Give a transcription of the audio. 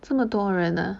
这么多人 ah